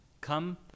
Come